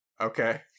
Okay